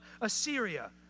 Assyria